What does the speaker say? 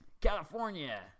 California